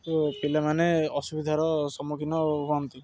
ତ ପିଲାମାନେ ଅସୁବିଧାର ସମ୍ମୁଖୀନ ହୁଅନ୍ତି